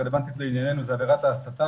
הרלוונטית לענייננו זה עבירת ההסתה,